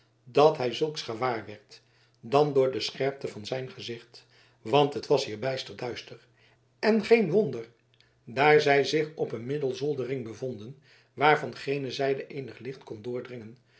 dat hij zulks gewaarwerd dan door de scherpte van zijn gezicht want het was hier bijster donker en geen wonder daar zij zich op een middelzoldering bevonden waar van geene zijde eenig licht kon doordringen